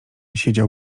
siedział